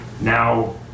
now